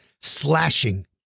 slashing